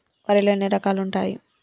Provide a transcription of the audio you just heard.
వరిలో ఎన్ని రకాలు ఉంటాయి?